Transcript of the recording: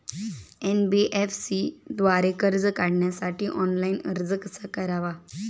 NBFC द्वारे कर्ज काढण्यासाठी ऑनलाइन अर्ज कसा करावा?